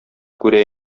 күрә